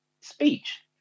speech